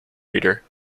reader